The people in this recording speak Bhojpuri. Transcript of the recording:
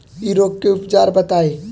इ रोग के उपचार बताई?